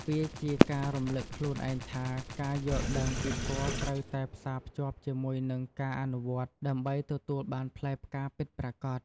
វាជាការរំលឹកខ្លួនឯងថា ការយល់ដឹងពីធម៌ត្រូវតែផ្សារភ្ជាប់ជាមួយនឹងការអនុវត្តដើម្បីទទួលបានផ្លែផ្កាពិតប្រាកដ។